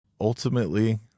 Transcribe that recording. Ultimately